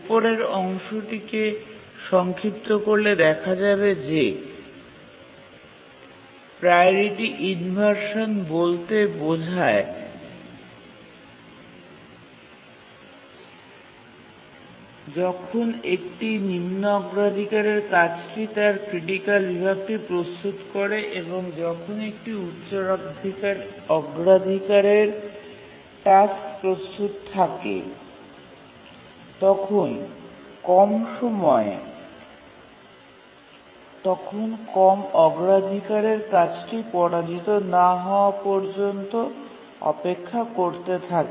উপরের অংশটিকে সংক্ষিপ্ত করলে দেখা যাবে যে প্রাওরিটি ইনভারসান বলতে বোঝায় যখন একটি নিম্ন অগ্রাধিকারের কাজটি তার ক্রিটিকাল বিভাগটি প্রস্তুত করে এবং যখন একটি উচ্চ অগ্রাধিকার টাস্ক প্রস্তুত থাকে তখন কম অগ্রাধিকারের কার্যটি পরাজিত না হওয়া পর্যন্ত অপেক্ষা করতে থাকে